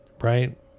right